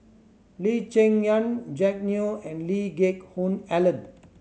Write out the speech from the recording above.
Lee Cheng Yan Jack Neo and Lee Geck Hoon Ellen